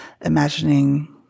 imagining